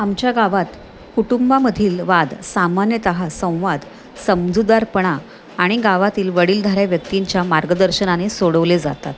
आमच्या गावात कुटुंबामधील वाद सामान्यतः संवाद समजूतदारपणा आणि गावातील वडीलधाऱ्या व्यक्तींच्या मार्गदर्शनाने सोडवले जातात